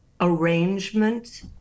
arrangement